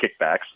kickbacks